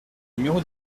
numéro